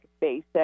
basic